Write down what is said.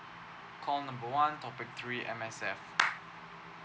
call number one topic three M_S_F